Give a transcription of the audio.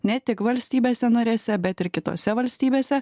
ne tik valstybėse narėse bet ir kitose valstybėse